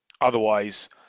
Otherwise